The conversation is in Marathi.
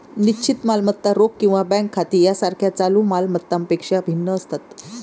निश्चित मालमत्ता रोख किंवा बँक खाती यासारख्या चालू माल मत्तांपेक्षा भिन्न असतात